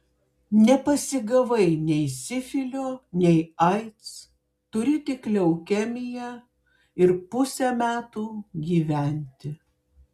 nepasigavai nei sifilio nei aids turi tik leukemiją ir pusę metų gyventi